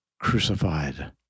crucified